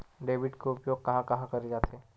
Debit के उपयोग कहां कहा करे जाथे?